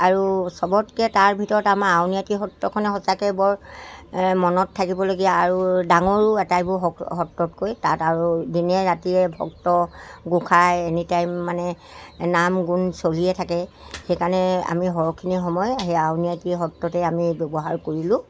আৰু চবতকৈ তাৰ ভিতৰত আমাৰ আউনআটী সত্ৰখনেই সঁচাকৈ বৰ মনত থাকিবলগীয়া আৰু ডাঙৰো এটাইবোৰ সত্ৰতকৈ তাত আৰু দিনে ৰাতিৰে ভক্ত গোঁসাই এনি টাইম মানে নাম গুণ চলিয়ে থাকে সেইকাৰণে আমি সৰহখিনি সময় সেই আউনআটী সত্ৰতে আমি ব্যৱহাৰ কৰিলোঁ